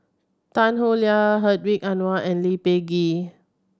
Tan Howe Liang Hedwig Anuar and Lee Peh Gee